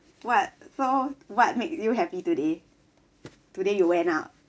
what so what makes you happy today today you went out